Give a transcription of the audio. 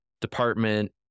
department